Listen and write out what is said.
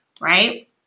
right